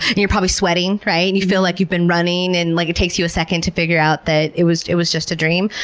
you're probably sweating, and you feel like you've been running and like it takes you a second to figure out that it was it was just a dream.